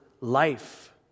life